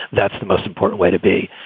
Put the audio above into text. that's the most important way to be.